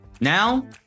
Now